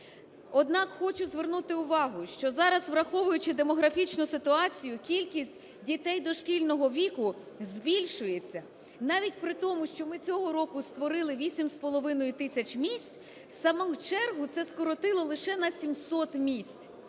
Однак, хочу звернути увагу, що зараз, враховуючи демографічну ситуацію, кількість дітей дошкільного віку збільшується. Навіть при тому, що ми цього року створили 8,5 тисяч місць, саму чергу це скоротило лише на 700 місць.